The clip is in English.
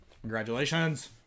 Congratulations